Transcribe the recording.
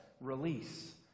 release